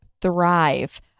thrive